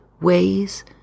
ways